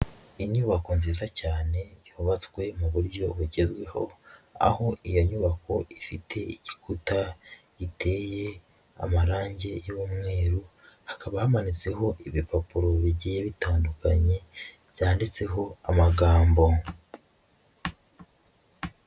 Inyubako nziza cyane yubatswe mu buryo bugezweho, aho iyo nyubako ifite igikuta giteye amarangi y'umweru, hakaba hamanitseho ibipapuro bigiye bitandukanye byanditseho amagambo.